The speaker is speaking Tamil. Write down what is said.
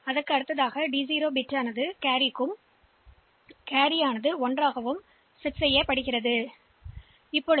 எனவே அந்த D0 பிட் அது எடுத்துச் செல்லப் போகிறது பின்னர் நீங்கள் இங்கே பார்க்கும்போது கேரி ஒன்றுக்கு அமைக்கப்பட்டது